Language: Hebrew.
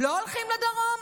לא הולכים לדרום?